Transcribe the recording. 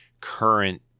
current